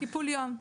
טיפול יום.